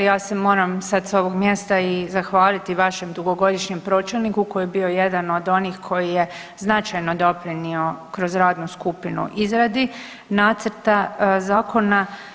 Ja se moram sad s ovog mjesta i zahvaliti vašem dugogodišnjem pročelniku koji je bio jedan od onih koji je značajno doprinio kroz radnu skupinu izradi nacrta zakona.